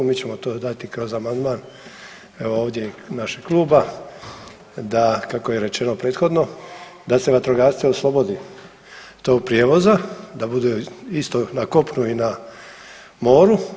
Mi ćemo to dati kroz amandman evo ovdje našeg kluba kako je rečeno prethodno da se vatrogasce oslobodi tog prijevoza, da bude isto na kopnu i na moru.